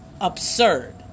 absurd